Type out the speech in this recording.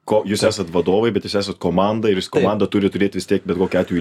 ko jūs esat vadovai bet jūs esat komanda ir jūsų komanda turi turėt vis tiek bet kokiu atveju